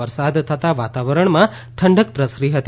વરસાદ થતાં વાતાવરણમાં ઠંડક પ્રસરી હતી